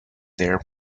their